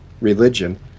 religion